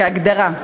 כהגדרה,